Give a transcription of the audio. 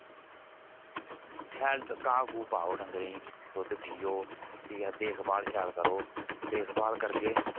शैल घा घू पाऊ डंगरे गी दुद्ध पियो ठीक ऐ देखभाल शैल करो देखभाल करगे